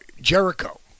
Jericho